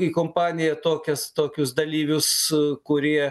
į kompaniją tokias tokius dalyvius kurie